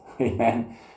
amen